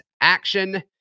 action